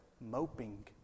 moping